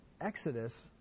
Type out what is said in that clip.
Exodus